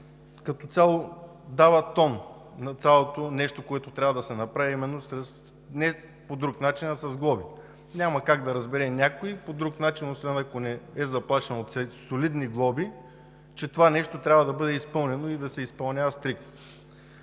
като цяло дава тон на цялото нещо, което трябва да се направи, именно не по друг начин, а с глоби. Няма как да разбере някой по друг начин, освен ако не е заплашен от солидни глоби, че това нещо трябва да бъде изпълнено, и то да се изпълнява стриктно.